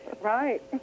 Right